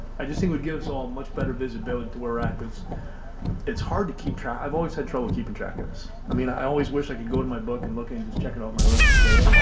i just think would give us all much better visibility to where we're at, cause it's hard to keep track. i've always had trouble keeping and track of this. i mean, i always wish i could go to my book and look and just check it off my list and say, yeah oh,